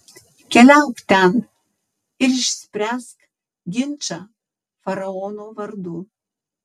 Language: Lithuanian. keliauk ten ir išspręsk ginčą faraono vardu